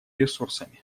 ресурсами